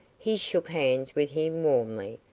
he shook hands with him warmly,